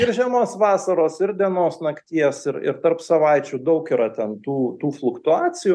ir žiemos vasaros ir dienos nakties ir ir tarp savaičių daug yra den tų tų fluktuacijų